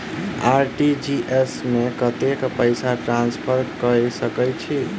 RTGS मे कतेक पैसा ट्रान्सफर कऽ सकैत छी?